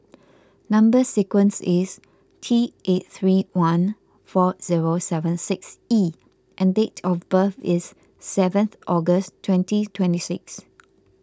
Number Sequence is T eight three one four zero seven six E and date of birth is seventh August twenty twenty six